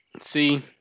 see